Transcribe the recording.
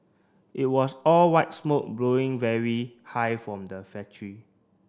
it was all white smoke blowing very high from the factory